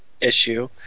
issue